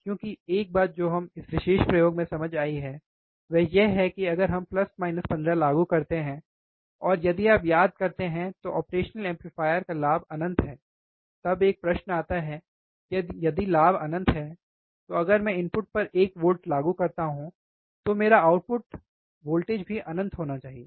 क्योंकि एक बात जो हमें इस विशेष प्रयोग में समझ में आई वह यह कि अगर हम प्लस माइनस 15 लागू करते हैं और यदि आप याद करते हैं तो ऑपरेशनल एम्पलीफायर का लाभ अनंत है तब एक प्रश्न आता है कि यदि लाभ अनंत है तो अगर मैं इनपुट पर 1 वोल्ट लागू करता हूं तो मेरा आउटपुट अनंत वोल्टेज होना चाहिए